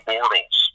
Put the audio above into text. Bortles